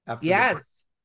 Yes